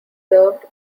served